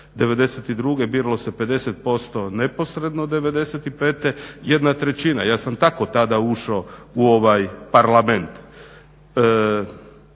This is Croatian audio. '92. biralo se 50% neposredno, '95. 1/3. Ja sam tako tada ušao u ovaj Parlament.